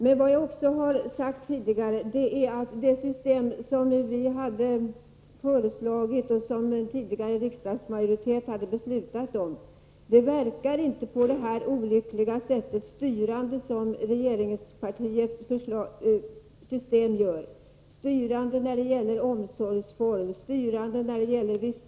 Som jag sade tidigare verkar inte det system som vi föreslog och en tidigare riksdagsmajoritet fattade beslut om styrande — när det gäller omsorgsform, vistelsetid osv. — på det olyckliga sätt som regeringspartiets system gör.